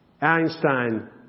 Einstein